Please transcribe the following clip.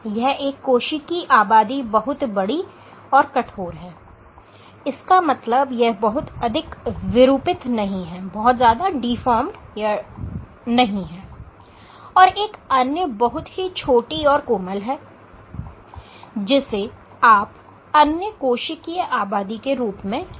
यह एक कोशिकी आबादी बहुत बड़ी और कठोर है इसका मतलब यह बहुत अधिक वीरूपित नहीं है और एक अन्य बहुत ही छोटी और कोमल है जिसे आप अन्य कोशिकीय आबादी के रूप में लें